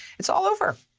it's all over.